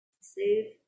save